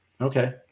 Okay